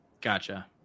Gotcha